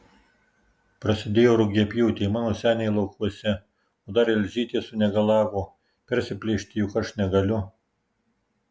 prasidėjo rugiapjūtė mano seniai laukuose o dar elzytė sunegalavo persiplėšti juk aš negaliu